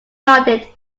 nodded